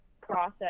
process